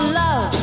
love